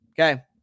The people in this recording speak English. Okay